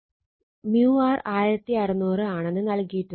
µr 1600 ആണെന്ന് നൽകിയിട്ടുണ്ട്